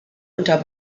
unter